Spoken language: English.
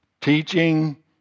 teaching